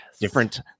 different